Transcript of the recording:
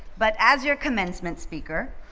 but as your commencement speaker,